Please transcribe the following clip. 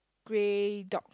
grey dog